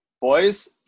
boys –